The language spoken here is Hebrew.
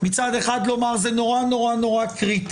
מצד אחד לומר שזה נורא נורא קריטי,